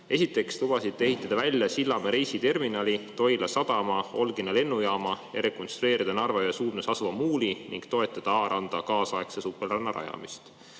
Esiteks lubasite ehitada välja Sillamäe reisiterminali, Toila sadama, Olgina lennujaama ja rekonstrueerida Narva jõe suudmes asuva muuli ning toetada Aa randa kaasaegse supelranna rajamist.